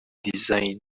design